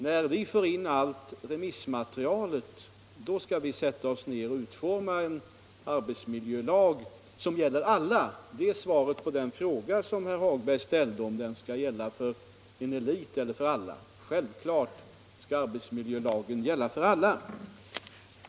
När vi får in allt remissmaterialet skall vi sätta oss ned och utforma en arbetsmiljölag som gäller för alla. Det är svaret på den fråga som herr Hagberg ställde om lagen skall gälla för en elit eller för alla. Självklart skall arbetsmiljölagen gälla för alla.